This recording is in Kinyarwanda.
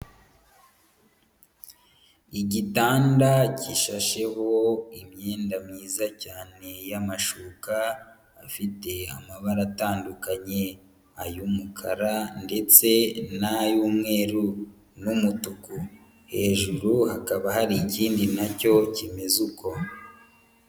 Igitanda gishasheho imyenda myiza cyane y'amashuka, afite amabara atandukanye, ay'umukara ndetse n'ay'umweru n'umutuku, hejuru hakaba hari ikindi na cyo kimeze uko.